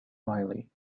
riley